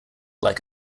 like